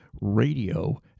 radio